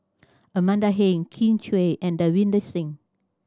Amanda Heng Kin Chui and Davinder Singh